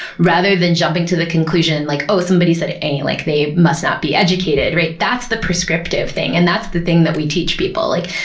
rather than jumping to the conclusion, like oh, somebody said ain't. like they must not be educated. that's the prescriptive thing and that's the thing that we teach people, like,